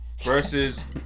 Versus